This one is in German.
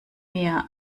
mir